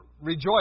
rejoice